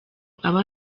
aba